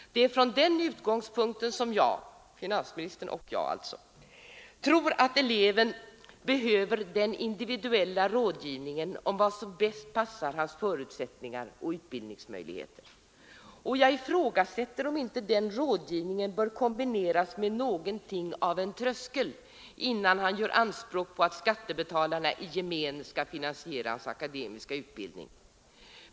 Det är från den utgångspunkten som jag tror att eleven behöver den individuella rådgivningen om vad som bäst passar hans förutsättningar och utbildningsmöjligheter. Och jag ifrågasätter om inte den rådgivningen bör kombineras med någonting av en tröskel innan han gör anspråk på att skattebetalarna i gemen skall finansiera hans akademiska utbildning.